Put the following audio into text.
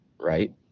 Right